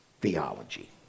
theology